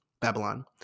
Babylon